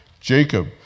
Jacob